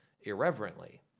irreverently